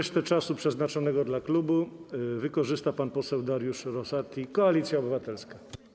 Pozostały czas przeznaczony dla klubu wykorzysta pan poseł Dariusz Rosati, Koalicja Obywatelska.